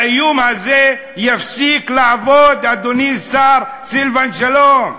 האיום הזה יפסיק לעבוד, אדוני השר סילבן שלום.